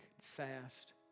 fast